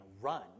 run